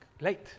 late